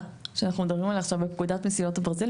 שאנחנו מדברים עליה עכשיו בפקודת מסילות הברזל,